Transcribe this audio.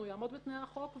הוא יעמוד בתנאי החוק ויישאר.